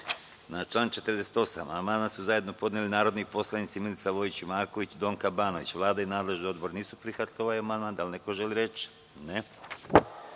član 46. amandman su zajedno podneli narodni poslanici Milica Vojić Marković i Donka Banović. Vlada i nadležni odbor nisu prihvatili ovaj amandman. Da li neko želi reč?